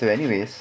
so anyways